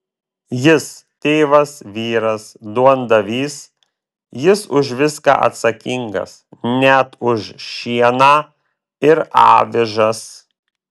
jis tėvas vyras duondavys jis už viską atsakingas net už šieną ir avižas